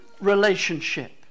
relationship